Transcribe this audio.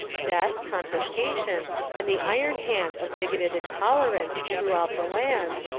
death, confisca tion and the iron hand of bigoted intolerance throughout the land,